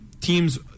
teams